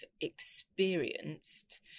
experienced